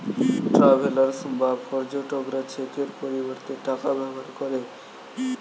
travellers বা পর্যটকরা চেকের পরিবর্তে টাকার ব্যবহার করে